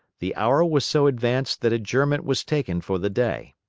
the hour was so advanced that adjournment was taken for the day.